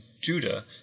Judah